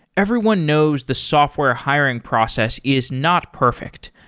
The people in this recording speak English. everyone knows the software hiring process is not perfect,